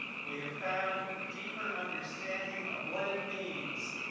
we have found a deeper understanding of what it means